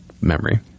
memory